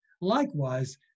Likewise